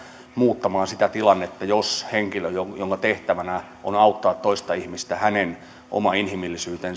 muuttamaan sitä tilannetta jos henkilön jonka tehtävänä on auttaa toista ihmistä oma inhimillisyys